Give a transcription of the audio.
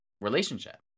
relationship